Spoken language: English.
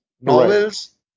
novels